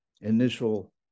initial